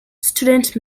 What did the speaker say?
student